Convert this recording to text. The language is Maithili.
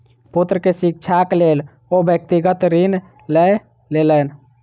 पुत्र के शिक्षाक लेल ओ व्यक्तिगत ऋण लय लेलैन